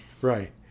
Right